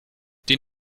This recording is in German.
den